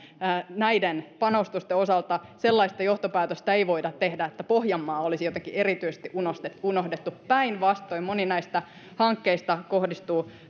näiden panostusten osalta sellaista johtopäätöstä ei voida tehdä että pohjanmaa olisi jotenkin erityisesti unohdettu unohdettu päinvastoin moni näistä hankkeista kohdistuu